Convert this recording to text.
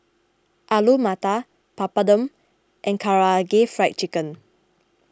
Alu Matar Papadum and Karaage Fried Chicken